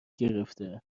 گرفته